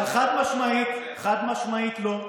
אבל חד-משמעית לא.